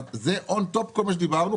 זה און טופ כל מה שדיברנו.